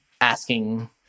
asking